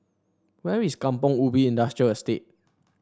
where is Kampong Ubi Industrial Estate